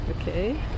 Okay